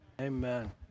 Amen